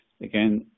Again